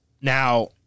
Now